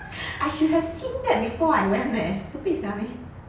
I should have seen that before I went there stupid sia me